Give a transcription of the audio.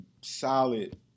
solid